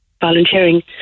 volunteering